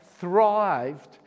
thrived